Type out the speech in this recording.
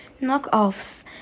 knockoffs